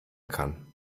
kann